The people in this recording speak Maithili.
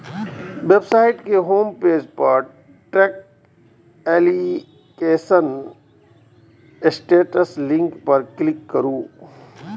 वेबसाइट के होम पेज पर ट्रैक एप्लीकेशन स्टेटस लिंक पर क्लिक करू